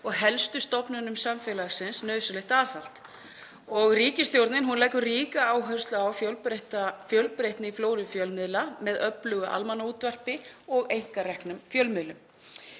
og helstu stofnunum samfélagsins nauðsynlegt aðhald. Ríkisstjórnin leggur ríka áherslu á fjölbreytni í flóru fjölmiðla með öflugu almannaútvarpi og einkareknum fjölmiðlum